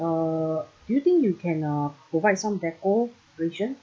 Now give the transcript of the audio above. uh do you think you can uh provide some decoration